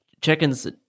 chickens